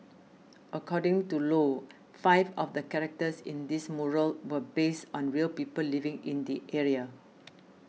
according to Low five of the characters in this mural were based on real people living in the area